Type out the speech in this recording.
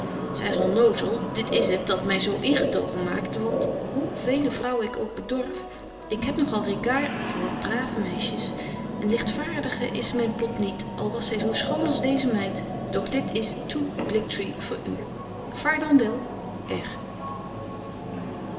zy is onnozel dit is het dat my zo ingetogen maakt want hoe vele vrouwen ik ook bedorf ik heb nog al reguart voor brave meisjes een ligtvaardige is myn pop niet al was zy zo schoon als deeze meid doch dit is to bliktri voor u vaar dan wel